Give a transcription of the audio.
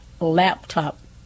laptop